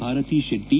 Bharati Shetty